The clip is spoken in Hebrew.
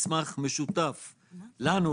מסמך משותף לנו,